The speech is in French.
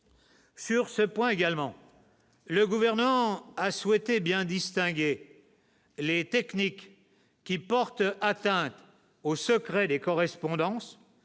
Sur ce point également, le gouvernement a souhaité bien distinguer les techniques qui porte atteinte au secret des correspondances